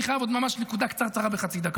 אני חייב עוד ממש נקודה קצרצרה בחצי דקה.